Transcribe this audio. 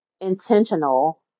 intentional